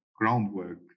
groundwork